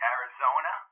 Arizona